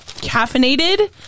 caffeinated